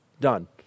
done